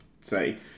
say